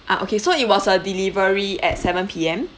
uh okay so it was a delivery at seven P_M